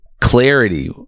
clarity